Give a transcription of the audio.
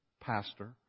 pastor